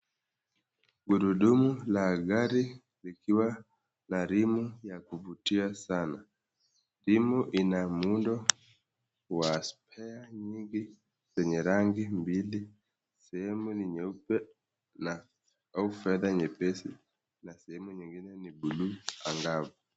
Gurudumu la gari likiwa na rimu ya kuvutia sana .Rimu ina muundo wa spare nyingi zenye rangi mbili. Sehemu ni nyeupe na au fedha nyepesi na sehemu nyingine ni buluu angavu.